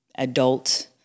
adult